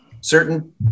Certain